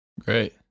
Great